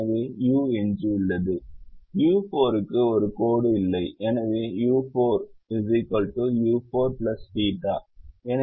எனவே யு எஞ்சியுள்ளது u4 க்கு ஒரு கோடு இல்லை எனவே u4 u4 θ எனவே 6 ஆக மாறும்